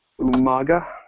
Umaga